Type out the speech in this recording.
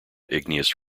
igneous